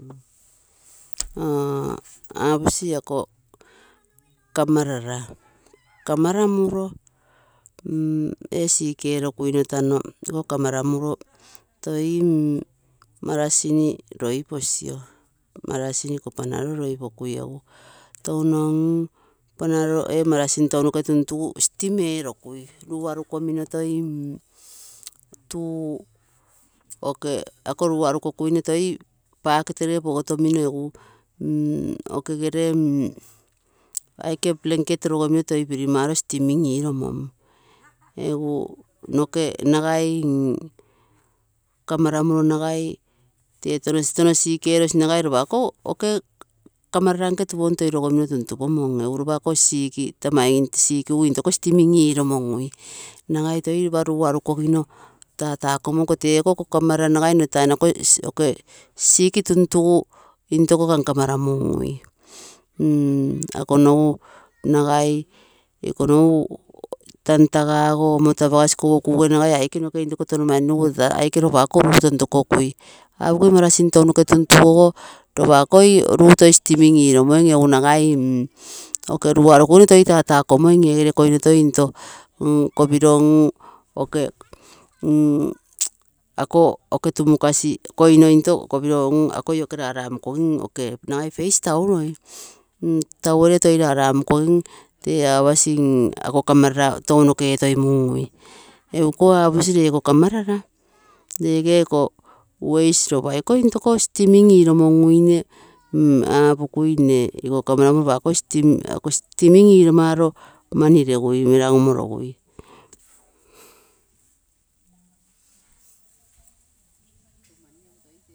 Aposi ako kamarara kamaramuroo ee sik erokuino tano ikoo kamramuro toi mm marasin loiposioo, marasin iko penedol loi pokui egu touno mm ee marasin tounoke tuntugu egustim erokui. Luu arukamino toi tuu, oke luu aniko kuine toi paketegere pogotomino okegere mm aike blanket toi logomino roromaro toi steam erosi. Noke nagai kama ramo nagai tee touno sik erosi nagai ropa ako kamarara nke tuporona toi rogomino tun tupomong egu ropa ako sick reguogo toi intoko steaming eromongui, nagai toi ropa luu anikomino tatakomong nagai nno tounoro iko okee sick tuntugu intoko kam kama ramungui. Ako nogu nagai ikonogu tan taga ogo omoto apagasi kouoo kuge nagai aike intoko apagasi tuntugui. Aike ropa ako luu, marasin tounoke tuntuguogo ropa akoi luu toi steaming eromong. Nagai luu arukomino toi tege tata komoim egere koino toi into kopiro mm ok tumukasi koino into kopiro akoi ake raramukogim nagai face towel, towel ee toi raramukogim tee apasi ako kamarara tounoke etoimumgui. Egu ikou aposi nne iko kamarara tee ikoi ropa sintoko steaming eromuguine apokui nne iko kamma ramuro ropai akoi steaming eromaro mani regui meragumo rogui.